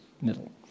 middle